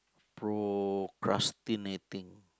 procrastinating